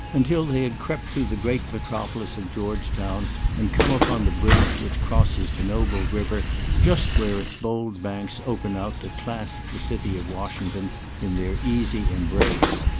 until they had crept through the great metropolis of georgetown and come upon the bridge which crosses the noble river just where its bold banks open out to clasp the city of washington in their easy embrace.